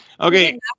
Okay